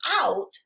out